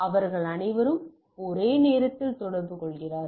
அவர்கள் அனைவரும் ஒரே நேரத்தில் தொடர்பு கொள்கிறார்கள்